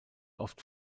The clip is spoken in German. oft